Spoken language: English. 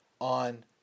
on